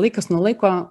laikas nuo laiko